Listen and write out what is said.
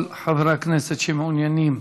כל חברי הכנסת שמעוניינים